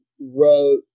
wrote